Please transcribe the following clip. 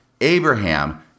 Abraham